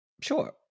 Sure